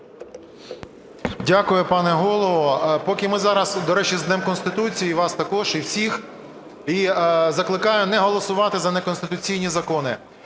Дякую, пане Голово. Поки ми зараз… до речі, з Днем Конституції вас також і всіх, і закликаю не голосувати за неконституційні закони.